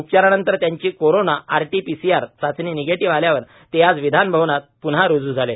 उपचारानंतर त्यांची corona RT PCR चाचणी निगेटिव्ह आल्यावर ते आज विधानभवनात प्न्हा रूजू झाले